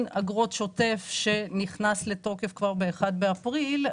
אגרות שוטף שנכנס לתוקף כבר ביום 1 באפריל,